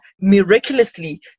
miraculously